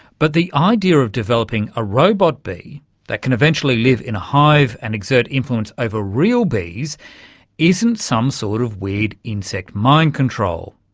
but the idea of developing a robot bee that can eventually live in a hive and exert influence over real bees isn't some sort of weird insect mind-control,